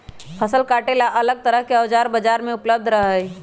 फसल काटे ला अलग तरह के औजार बाजार में उपलब्ध रहा हई